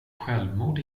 självmord